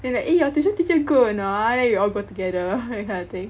then like eh your tuition teacher good or not ah then we'll all go together that kind of thing